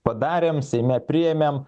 padarėm seime priėmėm